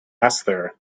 esther